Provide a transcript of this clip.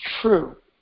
true